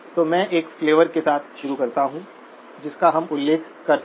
तो में एक फ्लेवर के साथ करता हूँ जिसका हम उल्लेख कर सके